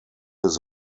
his